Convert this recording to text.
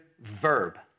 verb